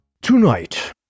Tonight